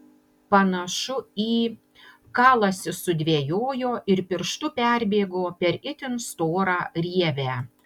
panašu į kalasi sudvejojo ir pirštu perbėgo per itin storą rievę